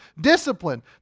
discipline